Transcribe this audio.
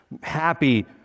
Happy